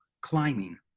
climbing